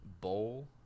bowl